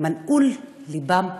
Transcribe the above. מנעול לבם סגור.